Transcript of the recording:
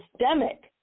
systemic